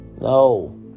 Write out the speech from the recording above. No